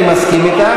אני מסכים אתך,